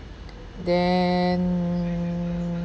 then